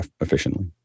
efficiently